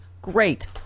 Great